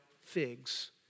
figs